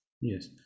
yes